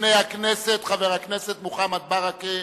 בפני הכנסת חבר הכנסת מוחמד ברכה,